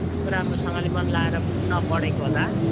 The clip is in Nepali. राम्रोसँगले मन लाएर नपढेको होला